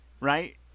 right